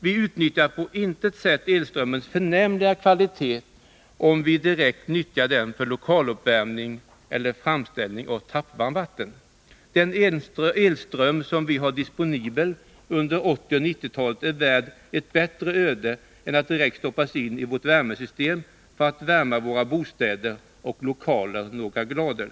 Vi utnyttjar på intet sätt elström Nr 51 mens förnämliga kvalitet, om vi direkt nyttjar den för lokaluppvärmning eller för framställning av tappvarmvatten. Den elström som vi har disponibel under 1980 och 1990-talen är värd ett bättre öde än att direkt stoppas in i vårt värmesystem för att värma våra bostäder och lokaler några grader.